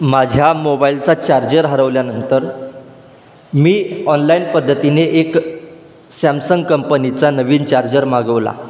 माझ्या मोबाईलचा चार्जर हरवल्यानंतर मी ऑनलाईन पद्धतीने एक सॅमसंग कंपनीचा नवीन चार्जर मागवला